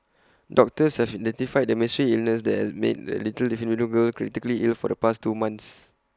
doctors have identified the mystery illness that has made A little Filipino girl critically ill for the past two months